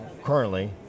currently